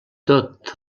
tot